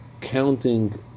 counting